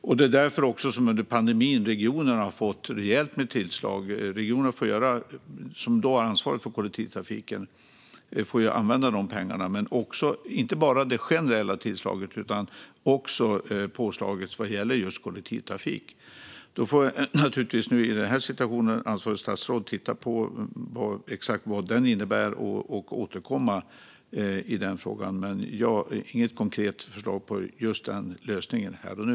Regionerna har också fått rejäla tillskott under pandemin. Det är regionerna som har ansvar för kollektivtrafiken, och de får använda dessa pengar. Det gäller inte bara det generella tillskottet utan även påslaget för just kollektivtrafik. I den här situationen får ansvarigt statsråd givetvis titta på exakt vad detta innebär och återkomma i frågan. Jag har dock inget konkret förslag till lösning här och nu.